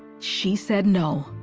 she said no.